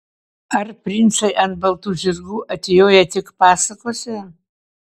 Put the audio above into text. ar princai ant baltų žirgų atjoja tik pasakose